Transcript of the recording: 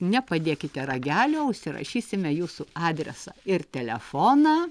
nepadėkite ragelio užsirašysime jūsų adresą ir telefoną